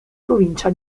provincia